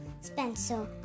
Spencer